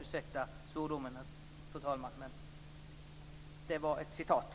Ursäkta svordomen, fru talman, men det var ett citat.